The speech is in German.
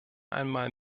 einmal